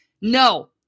No